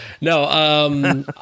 No